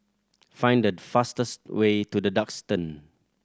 find the fastest way to The Duxton